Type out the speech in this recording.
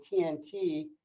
TNT